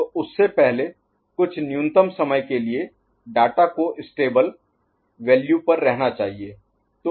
तो उससे पहले कुछ न्यूनतम समय के लिए डाटा को स्टेबल Stable स्थिर वैल्यू Value मूल्य पर रहना चाहिए